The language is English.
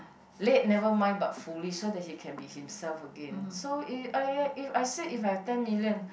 late never mind but fully so that he can be himself again so it I I it if I said I have ten million